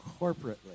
corporately